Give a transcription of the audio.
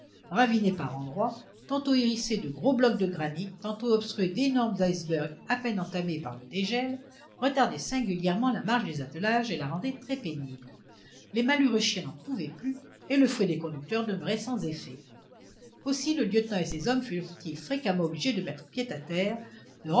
raviné par endroits tantôt hérissé de gros blocs de granit tantôt obstrué d'énormes icebergs à peine entamés par le dégel retardait singulièrement la marche des attelages et la rendait très pénible les malheureux chiens n'en pouvaient plus et le fouet des conducteurs demeurait sans effet aussi le lieutenant et ses hommes furent-ils fréquemment obligés de mettre pied à terre